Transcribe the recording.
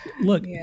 Look